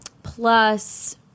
Plus